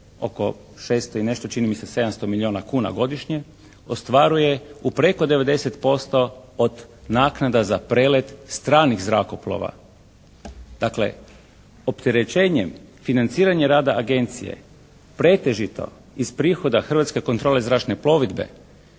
oko šesto i nešto čini mi se sedamsto milijuna kuna godišnje ostvaruje u preko 90% od naknada za prelet stranih zrakoplova. Dakle, opterećenjem financiranja rada agencije pretežito iz prihoda Hrvatske kontrole zračne plovidbe